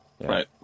right